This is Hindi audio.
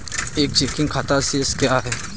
एक चेकिंग खाता शेष क्या है?